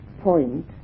point